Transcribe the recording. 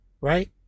right